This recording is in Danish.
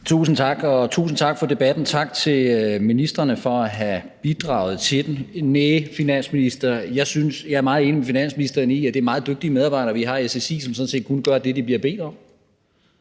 (V): Tak. Tusind tak for debatten, og tak til ministrene for at have bidraget til den. Jeg er meget enig med den fungerende finansminister i, at det er meget dygtige medarbejdere, vi har i SSI, som sådan set kun gør det, de bliver bedt om.